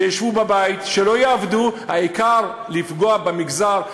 שישבו בבית, שלא יעבדו, העיקר לפגוע במגזר.